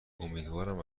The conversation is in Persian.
امیدوارم